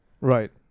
Right